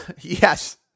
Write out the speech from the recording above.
Yes